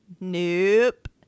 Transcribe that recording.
Nope